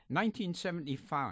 1975